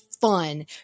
fun